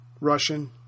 Russian